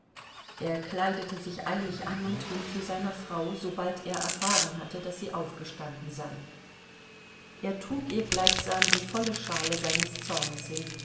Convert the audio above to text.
er kleidete sich eilig an und ging zu seiner frau sobald er erfahren hatte daß sie aufgestanden sei er trug ihr gleichsam die volle schale seines zornes hin